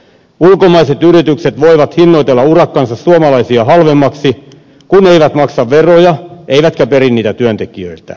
ulkomaiset yritykset voivat hinnoitella urakkansa suomalaisia halvemmiksi kun eivät maksa veroja eivätkä peri niitä työntekijöiltä